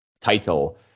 title